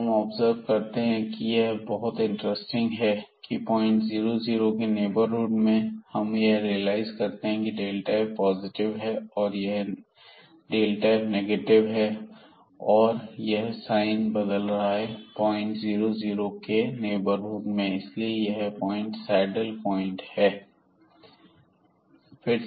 अब हम ऑब्जर्व करते हैं वह बहुत इंटरेस्टिंग है की पॉइंट 00 के नेबरहुड में हम यह रियलाइज करते हैं कि यह f पॉजिटिव है और यह f नेगेटिव है और यह साइन बदल रहा है पॉइंट 00 के नेबरहुड में इसलिए यह पॉइंट 00 सैडल पॉइंट है